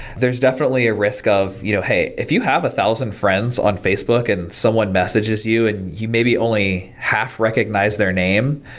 there's definitely a risk of you know hey, if you have a thousand friends on facebook and someone messages you and you maybe only half recognize their name,